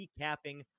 recapping